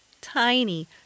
tiny